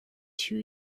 two